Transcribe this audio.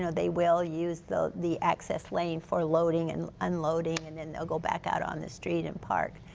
so they will use the the access lane for loading and unloading and then go back out on the street and park.